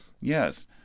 Yes